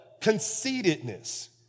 Conceitedness